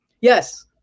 Yes